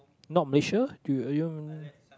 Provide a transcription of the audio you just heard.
not Malaysia do you